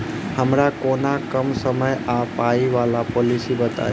हमरा कोनो कम समय आ पाई वला पोलिसी बताई?